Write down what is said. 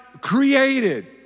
created